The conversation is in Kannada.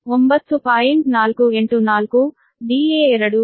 484 right Da2 9